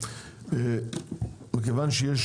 מכיוון שיש